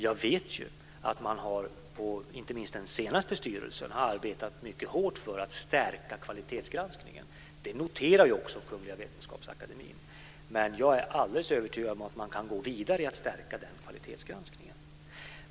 Jag vet ju att man inte minst i den senaste styrelsen har arbetat mycket hårt för att stärka kvalitetsgranskningen. Det noterar också Kungl. Vetenskapsakademien. Men jag är alldeles övertygad om att man kan gå vidare i att stärka den kvalitetsgranskningen.